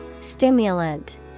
Stimulant